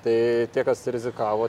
tai tie kas rizikavo